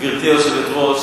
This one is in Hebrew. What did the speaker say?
גברתי היושבת-ראש,